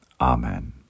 Amen